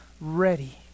ready